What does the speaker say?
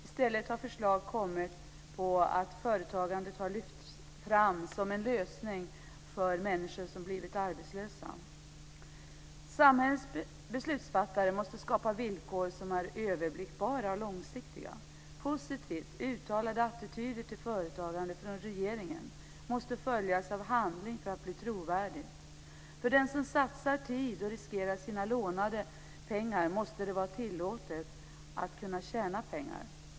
I stället har förslag kommit om att företagandet har lyfts fram som en lösning för människor som blivit arbetslösa. Samhällets beslutsfattare måste skapa villkor som är överblickbara och långsiktiga. Positivt uttalade attityder till företagandet från regeringen måste följas av handling för att bli trovärdiga. För den som satsar tid och riskerar sina lånade pengar måste det vara tillåtet att tjäna pengar.